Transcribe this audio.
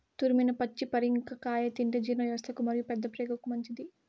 తురిమిన పచ్చి పరింగర కాయ తింటే జీర్ణవ్యవస్థకు మరియు పెద్దప్రేగుకు మంచిది